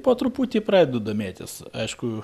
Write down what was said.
po truputį pradedu domėtis aišku